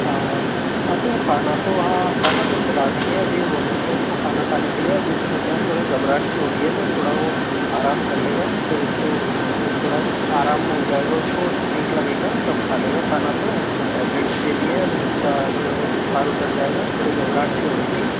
हाँ हाँ हाँ तो वो खाना तो हाँ खाना तो खिला देंगे अभी बोलेंगे उसको खाना खाने के लिए अभी उसको क्या है थोड़ी घबराहट सी हो रही है तो थोड़ा वो आराम कर लेगा फिर उसको वो थोड़ा आराम हो जाएगा उसको ठीक लगेगा तब खा लेगा खाना तो उसको टैबलेट भी दे दी है अभी उसका जो है बुखार उतर जाएगा थोड़ी घबराहट से हो रही थी